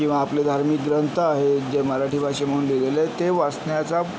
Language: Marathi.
किंवा आपले धार्मिक ग्रंथ आहेत जे मराठी भाषेमधून लिहिलेले आहेत ते वाचण्याचा